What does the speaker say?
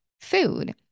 food